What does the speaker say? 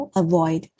avoid